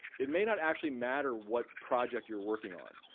it may not actually matter what project you're working on.